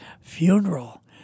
funeral